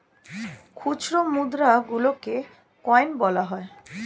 খুচরো মুদ্রা গুলোকে কয়েন বলা হয়